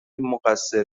مقصر